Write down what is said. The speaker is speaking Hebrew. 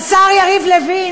השר יריב לוין,